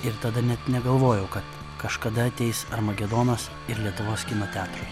ir tada net negalvojau kad kažkada ateis armagedonas ir lietuvos kino teatrui